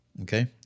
okay